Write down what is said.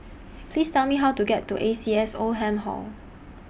Please Tell Me How to get to A C S Oldham Hall